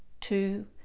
two